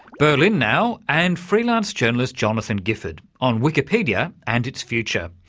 berlin now, and freelance journalist jonathan gifford on wikipedia and its future.